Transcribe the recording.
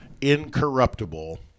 incorruptible